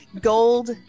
Gold